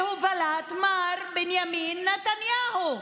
בהובלת מר בנימין נתניהו.